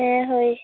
ᱦᱮᱸ ᱦᱳᱭ